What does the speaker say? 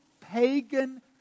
pagan